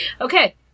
Okay